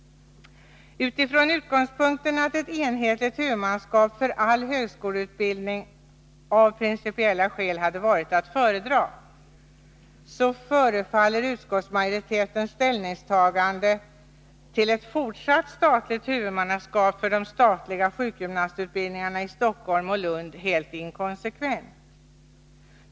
Utifrån utgångspunkten att ett enhetligt huvudmannaskap för all högskoleutbildning av principiella skäl hade varit att föredra, förefaller utskottsmajoritetens ställningstagande till ett fortsatt statligt huvudmannaskap för de statliga sjukgymnastutbildningarna i Stockholm och Lund helt inkonsekvent.